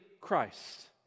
Christ